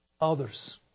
others